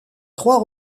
trois